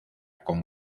con